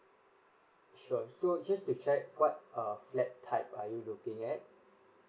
sure so just to check what err flat type are you looking at